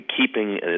keeping